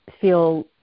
feel